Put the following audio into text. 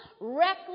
reckless